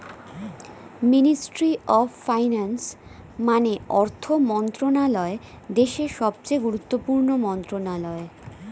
ministry of finance মানে অর্থ মন্ত্রণালয় দেশের সবচেয়ে গুরুত্বপূর্ণ মন্ত্রণালয়